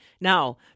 Now